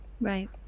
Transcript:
Right